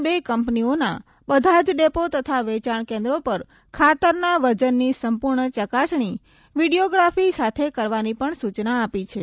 તેમણે આ બે કંપનીઓના બધા જ ડેપો તથા વેચાણ કેન્દ્રો પર ખાતરના વજનની સંપૂર્ણ ચકાસણી વીડિયોગ્રાફી સાથે કરવાની પણ સૂચના આપી છે